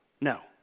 No